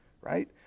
right